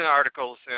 articles